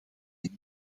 niet